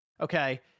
Okay